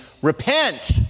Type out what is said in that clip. Repent